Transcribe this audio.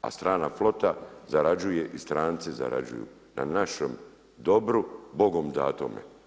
a strana flota zarađuje i stranci zarađuju na našem dobru Bogom datome.